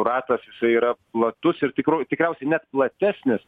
ratas jisai yra platus ir tikro tikriausiai net platesnis